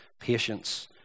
Patience